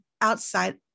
outside